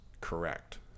correct